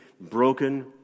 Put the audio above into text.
broken